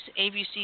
ABC